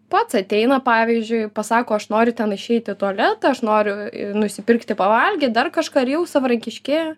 pats ateina pavyzdžiui pasako aš noriu ten išeit į tualetą aš noriu nusipirkti pavalgyt dar kažką ir jau savarankiškėja